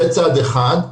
זה צד אחד,